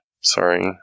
Sorry